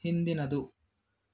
ಹಿಂದಿನದು